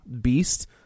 beast